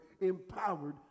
empowered